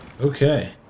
Okay